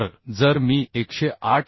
तर जर मी 108